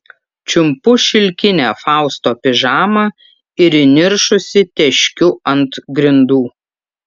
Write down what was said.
čiumpu šilkinę fausto pižamą ir įniršusi teškiu ant grindų